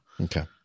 Okay